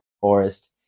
forest